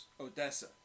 Odessa